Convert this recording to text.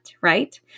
right